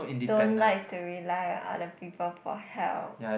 don't like to rely on other people for help